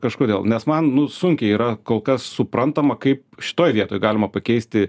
kažkodėl nes man nu sunkiai yra kol kas suprantama kaip šitoj vietoj galima pakeisti